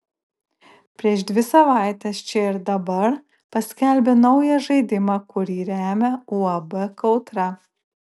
prieš dvi savaites čia ir dabar paskelbė naują žaidimą kurį remia uab kautra